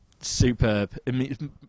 Superb